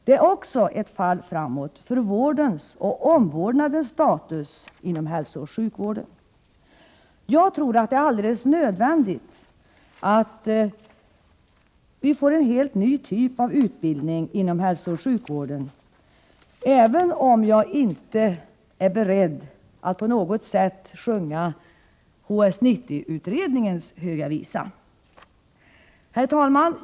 Det är också ett fall framåt för vårdens och omvårdnadens status inom hälsooch sjukvården. Jag tror att det är alldeles nödvändigt att vi får en helt ny typ av utbildning inom hälsooch sjukvården, även om jag inte är beredd att på något sätt sjunga HS 90-utredningens höga visa. Herr talman!